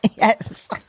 yes